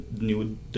new